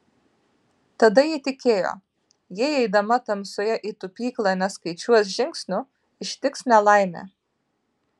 tada ji tikėjo jei eidama tamsoje į tupyklą neskaičiuos žingsnių ištiks nelaimė